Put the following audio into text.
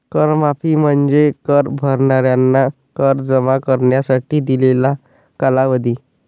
कर माफी म्हणजे कर भरणाऱ्यांना कर जमा करण्यासाठी दिलेला कालावधी